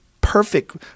perfect